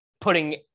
putting